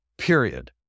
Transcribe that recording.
Period